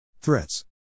Threats